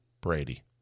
brady